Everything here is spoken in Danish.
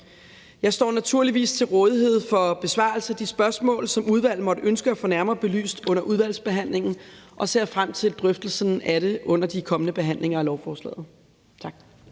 Jeg står naturligvis til rådighed for besvarelse af de spørgsmål, som udvalget måtte ønske at få nærmere belyst under udvalgsbehandlingen, og ser frem til drøftelsen af dem under de kommende behandlinger lovforslaget.